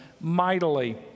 mightily